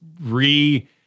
re